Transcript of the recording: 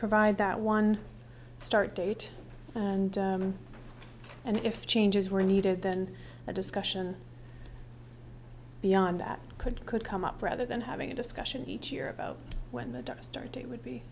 provide that one start date and and if changes were needed then a discussion beyond that could could come up rather than having a discussion each year about when the dust started it would be